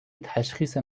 تشخیص